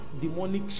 demonic